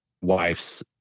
wife's